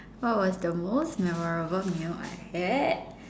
what was the most memorable meal I had